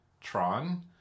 Tron